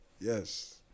Yes